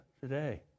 today